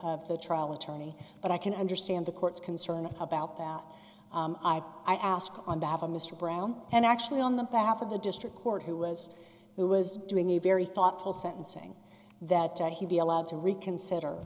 of the trial attorney but i can understand the court's concern about that i ask on behalf of mr brown and actually on the behalf of the district court who was who was doing a very thoughtful sentencing that he be allowed to reconsider